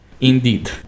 Indeed